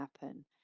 happen